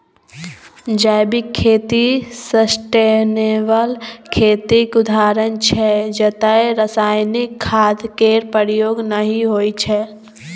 जैविक खेती सस्टेनेबल खेतीक उदाहरण छै जतय रासायनिक खाद केर प्रयोग नहि होइ छै